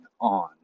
on